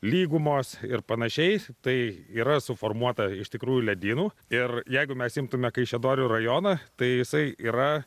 lygumos ir panašiai tai yra suformuota iš tikrųjų ledynų ir jeigu mes imtume kaišiadorių rajoną tai jisai yra